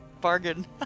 bargain